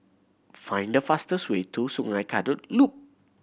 find the fastest way to Sungei Kadut Loop